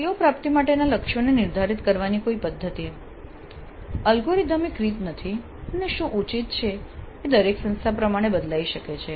CO પ્રાપ્તિ માટેના લક્ષ્યોને નિર્ધારિત કરવાની કોઈ પદ્ધતિ અલ્ગોરિધમિક રીત નથી અને શું ઉચિત છે એ દરેક સંસ્થા પ્રમાણે બદલાઈ શકે છે